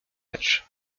matchs